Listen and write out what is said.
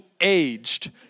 aged